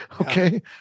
okay